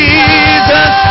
Jesus